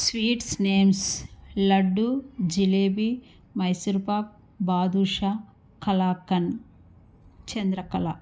sweets names laddu jalebi Mysore pak badusha kalakand Chandrakala